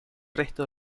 resto